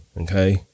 Okay